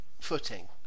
footing